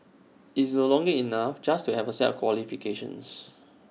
IT is no longer enough just to have A set of qualifications